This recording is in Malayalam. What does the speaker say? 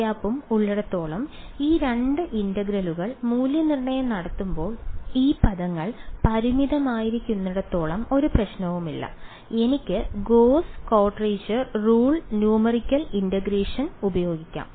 nˆ ഉം ഉള്ളിടത്തോളം ഈ രണ്ട് ഇന്റഗ്രലുകൾ മൂല്യനിർണ്ണയം നടത്തുമ്പോൾ ഈ പദങ്ങൾ പരിമിതമായിരിക്കുന്നിടത്തോളം ഒരു പ്രശ്നവുമില്ല എനിക്ക് Gauss quadrature rule numerical integration ഉപയോഗിക്കാം